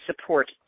support